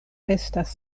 estas